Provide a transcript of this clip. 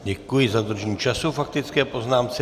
Děkuji za dodržení času k faktické poznámce.